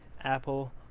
Apple